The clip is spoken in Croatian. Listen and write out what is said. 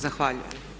Zahvaljujem.